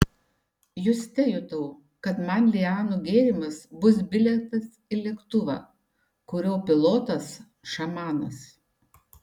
juste jutau kad man lianų gėrimas bus bilietas į lėktuvą kurio pilotas šamanas